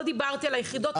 לא דיברתי על היחידות המיוחדות.